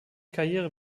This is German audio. karriere